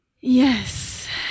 Yes